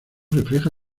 refleja